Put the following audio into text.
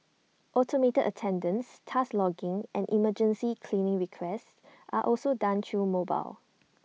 automated attendance task logging and emergency cleaning requests are also done through mobile